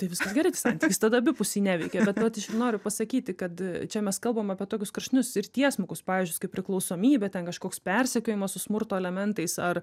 tai viskas gerai tai santykis tada abipusiai neveikia bet vat aš ir noriu pasakyti kad čia mes kalbam apie tokius kraštinius ir tiesmukus pavyzdžius kaip priklausomybė ten kažkoks persekiojimas su smurto elementais ar